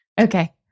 Okay